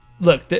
look